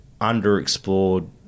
underexplored